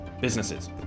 businesses